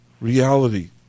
reality